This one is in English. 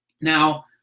Now